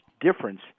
difference